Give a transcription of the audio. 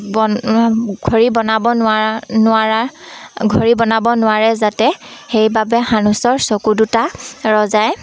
বন ঘড়ী বনাব নোৱাৰা নোৱাৰাৰ ঘড়ী বনাব নোৱাৰে যাতে সেইবাবে সানুচৰ চকু দুটা ৰজাই